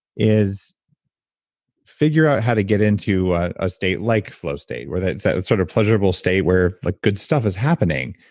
is figure out how to get into a state like flow state, where that that sort of pleasurable state where like good stuff is happening.